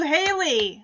Haley